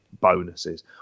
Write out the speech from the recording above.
bonuses